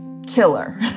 Killer